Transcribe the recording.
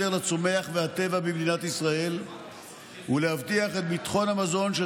ביותר לצומח והטבע במדינת ישראל ולהבטיח את ביטחון המזון של